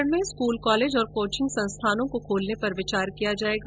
दूसरे चरण में स्कूल कॉलेज और कोचिंग संस्थानों को खोलने पर विचार किया जाएगा